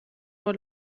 all